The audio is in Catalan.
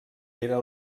era